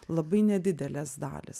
labai nedidelės dalys